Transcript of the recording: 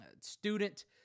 student